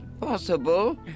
possible